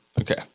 Okay